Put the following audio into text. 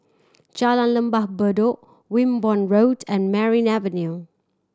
Jalan Lembah Bedok Wimborne Road and Merryn Avenue